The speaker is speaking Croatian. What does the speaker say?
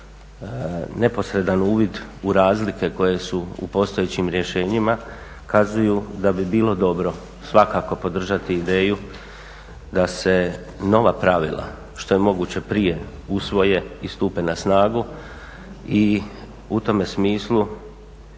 neposredan uvid u razlike koje su u postojećim rješenjima, kazuju da bi bilo dobro svakako podržati ideju da se nova pravila što je moguće prije usvoje i stupe na snagu. I u tome smislu